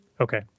Okay